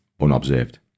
unobserved